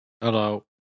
Hello